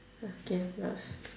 okay yours